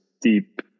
deep